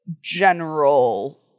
general